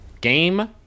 game